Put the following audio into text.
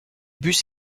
bus